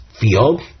field